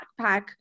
backpack